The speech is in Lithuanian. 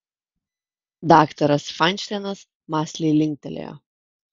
daktaras fainšteinas mąsliai linktelėjo